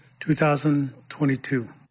2022